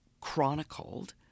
chronicled